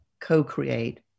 co-create